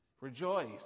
Rejoice